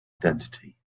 identity